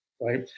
right